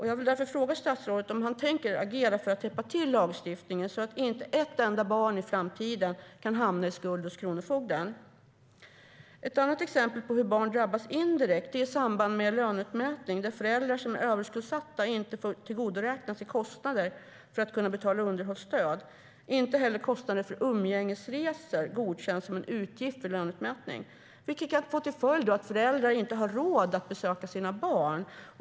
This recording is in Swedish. Jag vill därför fråga statsrådet om han tänker agera för att täppa till lagstiftningen så att inte ett enda barn i framtiden hamnar i skuld hos kronofogden. Ett annat exempel på hur barn drabbas indirekt är i samband med löneutmätning, då föräldrar som är överskuldsatta inte får tillgodoräkna sig kostnader för att kunna betala underhållsstöd. Inte heller kostnader för umgängesresor godkänns som en utgift vid löneutmätning, vilket kan få till följd att föräldrar inte har råd att besöka sina barn.